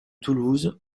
toulouse